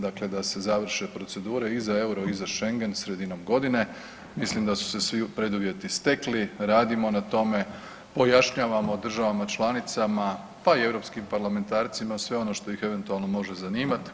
Dakle da se završe procedure i za euro i za Schengen, sredinom godine, mislim da su se svi preduvjeti stekli, radimo na tome, pojašnjavamo državama članicama, pa i europskim parlamentarcima, sve ono što ih eventualno može zanimati.